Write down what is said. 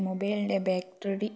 മൊബൈലിൻ്റെ ബാറ്ററി